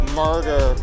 murder